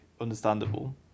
understandable